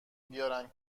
بیارن